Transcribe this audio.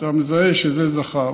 כשאתה מזהה שזה זכר,